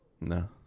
No